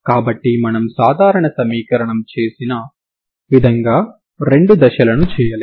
కాబట్టి మనము సాధారణ సమీకరణం కోసం చేసిన విధంగా రెండు దశలను చేయలేదు